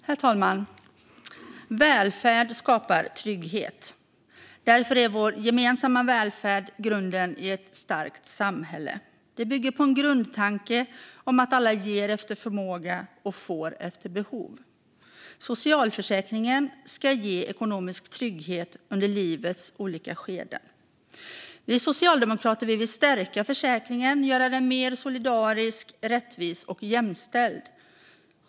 Herr talman! Välfärd skapar trygghet. Därför är vår gemensamma välfärd grunden i ett starkt samhälle. Det bygger på en grundtanke om att alla ger efter förmåga och får efter behov. Socialförsäkringen ska ge ekonomisk trygghet under livets olika skeden. Vi socialdemokrater vill stärka försäkringen och göra den mer solidarisk, rättvis och jämställd.